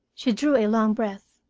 she drew a long breath,